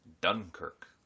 Dunkirk